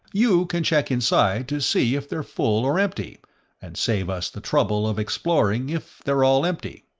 you can check inside to see if they're full or empty and save us the trouble of exploring if they're all empty.